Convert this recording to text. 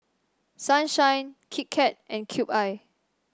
Sunshine Kit Kat and Cube I